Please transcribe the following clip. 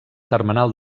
termenal